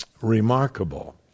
Remarkable